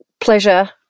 pleasure